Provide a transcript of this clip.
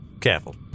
careful